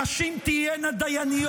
נשים תהיינה דיינות.